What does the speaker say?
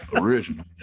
original